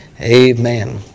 Amen